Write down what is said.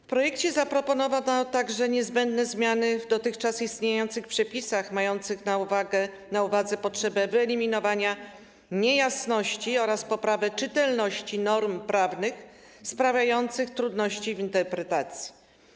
W projekcie zaproponowano także niezbędne zmiany w dotychczas istniejących przepisach, mające na uwadze potrzebę wyeliminowania niejasności oraz poprawy czytelności norm prawnych sprawiających trudności w interpretacji.